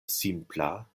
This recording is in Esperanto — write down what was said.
simpla